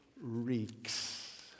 reeks